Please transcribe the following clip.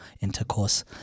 intercourse